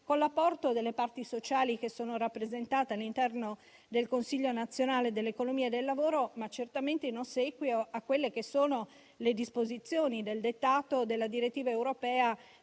con l'apporto delle parti sociali rappresentate all'interno del Consiglio nazionale dell'economia e del lavoro, ma certamente in ossequio alle disposizioni del dettato della direttiva europea